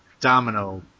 Domino